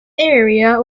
area